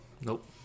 nope